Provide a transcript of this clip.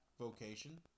vocation